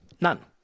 None